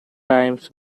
times